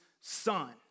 Son